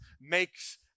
makes